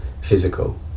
physical